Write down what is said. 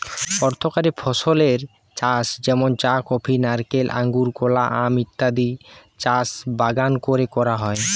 অর্থকরী ফসলের চাষ যেমন চা, কফি, নারকেল, আঙুর, কলা, আম ইত্যাদির চাষ বাগান কোরে করা হয়